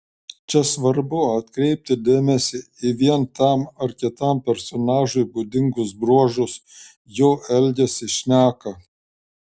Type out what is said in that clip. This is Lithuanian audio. čia svarbu atkreipti dėmesį į vien tam ar kitam personažui būdingus bruožus jo elgesį šneką